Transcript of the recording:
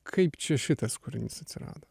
kaip čia šitas kūrinys atsirado